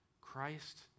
Christ